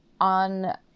on